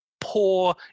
poor